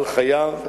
על חייו,